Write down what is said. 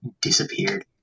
disappeared